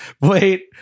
Wait